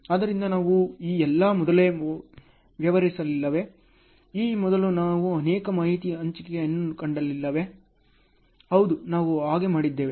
ಆದ್ದರಿಂದ ನಾವು ಈ ಎಲ್ಲವನ್ನು ಮೊದಲೇ ವ್ಯವಹರಿಸಿಲ್ಲವೇ ಈ ಮೊದಲು ನಾವು ಅನೇಕ ಮಾಹಿತಿ ಹಂಚಿಕೆಯನ್ನು ಕಂಡಿಲ್ಲವೇ ಹೌದು ನಾವು ಹಾಗೆ ಮಾಡಿದ್ದೇವೆ